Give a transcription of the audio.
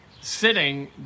sitting